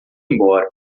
embora